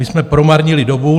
My jsme promarnili dobu.